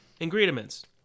Ingredients